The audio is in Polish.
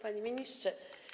Panie Ministrze!